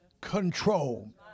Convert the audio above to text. control